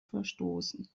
verstoßen